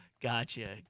Gotcha